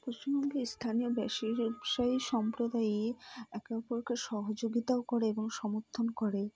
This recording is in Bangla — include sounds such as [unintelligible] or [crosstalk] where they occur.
পশ্চিমবঙ্গের স্থানীয় ব্যবসায়ী [unintelligible] ব্যবসায়ী সম্প্রদায়ই একে অপরকে সহযোগিতাও করে এবং সমর্থন করে